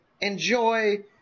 enjoy